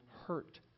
hurt